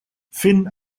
finn